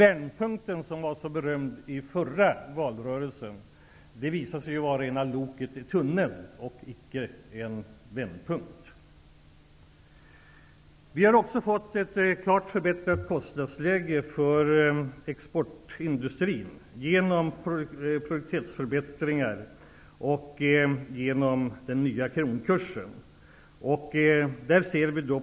Vändpunkten, som var så omtalad i den förra valrörelsen, visade sig vara loket i tunneln och inte en vändpunkt. Vi har fått ett klart förbättrat kostnadsläge för exportindustrin genom produktivitetsförbättringar och genom den nya kronkursen.